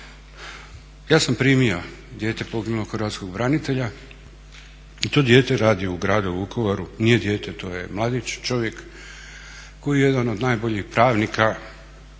Ja sam primio dijete poginulog hrvatskog branitelja i to dijete radi u gradu Vukovaru, nije dijete, to je mladić, čovjek koji je jedan od najboljih pravnika